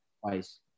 twice